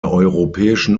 europäischen